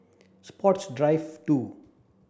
Sports Drive two